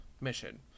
mission